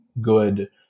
good